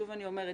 שוב אני אומרת,